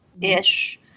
ish